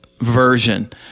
version